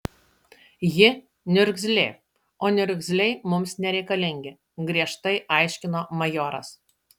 ji niurzglė o niurzgliai mums nereikalingi griežtai aiškino majoras